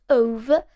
over